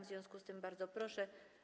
W związku z tym, bardzo proszę.